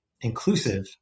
inclusive